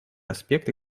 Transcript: аспекты